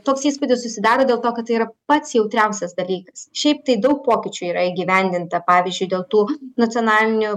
toks įspūdis susidaro dėl to kad tai yra pats jautriausias dalykas šiaip tai daug pokyčių yra įgyvendinta pavyzdžiui dėl tų nacionalinių